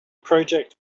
project